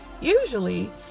Usually